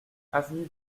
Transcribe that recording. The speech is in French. avenue